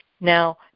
Now